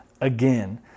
again